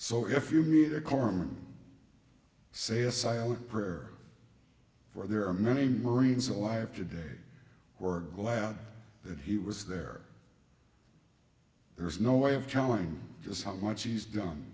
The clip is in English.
so if you meet a corpsman say a silent prayer for there are many marines alive today who are glad that he was there there's no way of telling just how much he's done